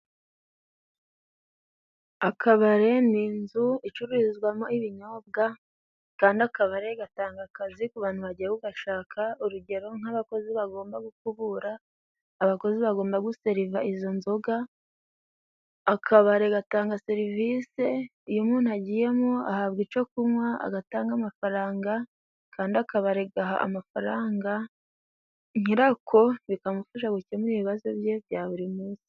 Akabare ni inzu icururizwamo ibinyobwa kandi akabare gatanga akazi ku bantu bagiye kugashaka urugero nk'abakozi bagomba gukubura, abakozi bagomba guseriva izo nzoga, akabari gatanga serivise iyo umuntu agiyemo ahabwa ico kunywa agatanga amafaranga kandi akabare gaha amafaranga nyirako bikamufasha gukemura ibibazo bye bya buri munsi.